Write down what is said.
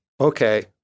okay